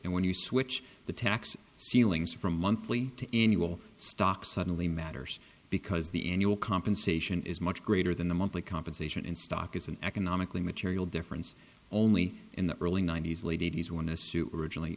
and when you switch the tax ceilings from monthly to any will stocks suddenly matters because the annual compensation is much greater than the monthly compensation in stock is an economically material difference only in the early ninety's late eighty's when a super originally